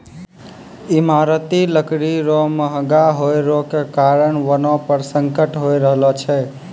ईमारती लकड़ी रो महगा होय रो कारण वनो पर संकट होय रहलो छै